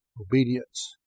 obedience